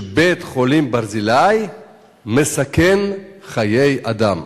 ש"בית-חולים ברזילי מסכן חיי אדם".